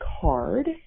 card